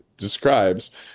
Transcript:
describes